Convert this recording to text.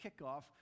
kickoff